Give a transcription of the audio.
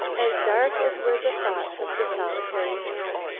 as dark as were the thoughts of the solitary man.